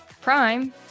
Prime